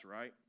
right